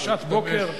בשעת בוקר.